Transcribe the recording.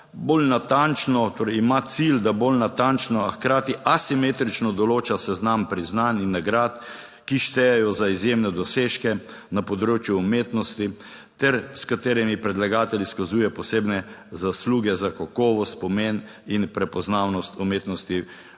bolj natančno torej ima cilj, da bolj natančno a hkrati asimetrično določa seznam priznanj in nagrad, ki štejejo za izjemne dosežke na področju umetnosti ter s katerimi predlagatelj izkazuje posebne zasluge za kakovost, pomen in prepoznavnost umetnosti